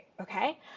Okay